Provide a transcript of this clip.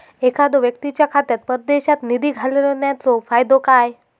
एखादो व्यक्तीच्या खात्यात परदेशात निधी घालन्याचो फायदो काय?